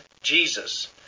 Jesus